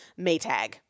Maytag